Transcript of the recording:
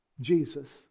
Jesus